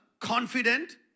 confident